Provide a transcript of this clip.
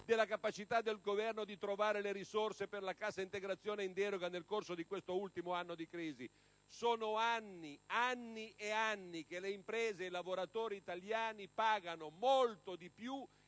della capacità del Governo di trovare le risorse per la cassa integrazione in deroga nel corso di quest'ultimo anno di crisi! Sono anni, anni e anni che le imprese e i lavoratori italiani pagano molto di più